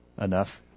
enough